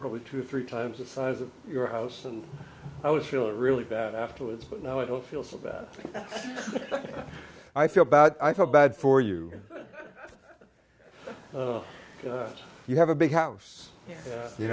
probably two or three times the size of your house and i was feeling really bad afterwards but now i don't feel so bad i feel bad i feel bad for you you have a big house you